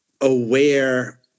aware